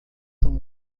são